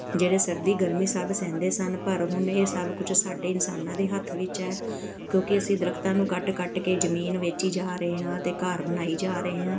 ਜਿਹੜੇ ਸਰਦੀ ਗਰਮੀ ਸਭ ਸਹਿੰਦੇ ਸਨ ਪਰ ਹੁਣ ਇਹ ਸਭ ਕੁਛ ਸਾਡੇ ਇਨਸਾਨਾਂ ਦੇ ਹੱਥ ਵਿੱਚ ਹੈ ਕਿਉਂਕਿ ਅਸੀਂ ਦਰਖਤਾਂ ਨੂੰ ਕੱਟ ਕੱਟ ਕੇ ਜ਼ਮੀਨ ਵੇਚੀ ਜਾ ਰਹੇ ਹਾਂ ਅਤੇ ਘਰ ਬਣਾਈ ਜਾ ਰਹੇ ਹਾਂ